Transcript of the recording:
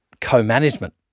co-management